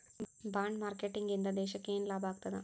Bond marketing ಇಂದಾ ದೇಶಕ್ಕ ಯೆನ್ ಲಾಭಾಗ್ತದ?